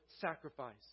sacrifice